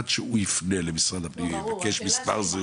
עד שהוא יפנה למשרד הפנים ויבקש מספר זהות --- ברור.